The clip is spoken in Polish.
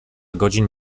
godzin